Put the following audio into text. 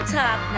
top